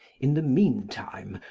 in the meantime,